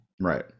right